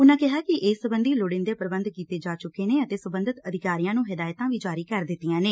ਉਨੂਾਂ ਕਿਹਾ ਕਿ ਇਸ ਸਬੰਧੀ ਲੋੜੀਂਦੇ ਪ੍ਰਬੰਧ ਕੀਤੇ ਜਾ ਚੁੱਕੇ ਨੇ ਅਤੇ ਸਬੰਧਤ ਅਧਿਕਾਰੀਆਂ ਨੂੰ ਹਿਦਾਇਤਾਂ ਵੀ ਜਾਰੀ ਕਰ ਦਿੱਤੀਆਂ ਨੇ